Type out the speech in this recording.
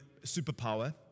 superpower